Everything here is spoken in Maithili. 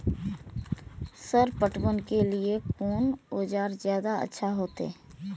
सर पटवन के लीऐ कोन औजार ज्यादा अच्छा होते?